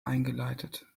eingeleitet